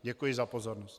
Děkuji za pozornost.